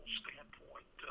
standpoint